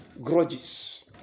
grudges